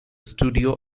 studio